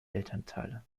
elternteile